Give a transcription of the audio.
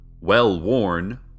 well-worn